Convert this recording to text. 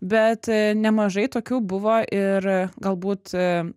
bet nemažai tokių buvo ir galbūt